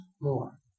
more